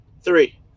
Three